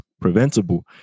preventable